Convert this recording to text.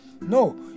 No